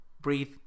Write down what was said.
breathe